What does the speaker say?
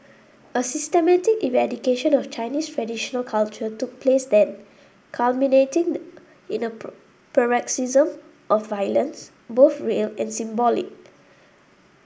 a systematic eradication of Chinese traditional culture took place then culminating in a paroxysm of violence both real and symbolic